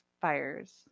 fires